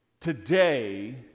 Today